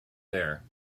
there